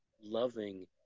loving